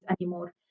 anymore